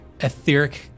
etheric